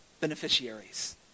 Beneficiaries